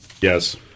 Yes